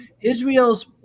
Israel's